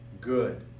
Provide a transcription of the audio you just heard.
good